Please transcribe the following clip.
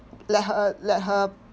let her let her